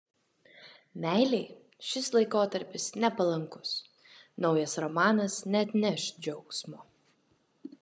meilei šis laikotarpis nepalankus naujas romanas neatneš džiaugsmo